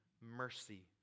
mercy